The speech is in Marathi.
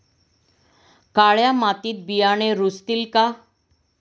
काळ्या मातीत बियाणे रुजतील का?